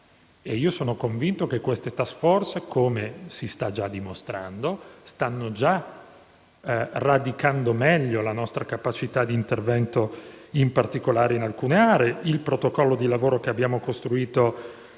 e io sono convinto che queste *task force*, come si sta già dimostrando, stiano radicando meglio la nostra capacità di intervento, in particolare in alcune aree. Penso poi al protocollo di lavoro costituito,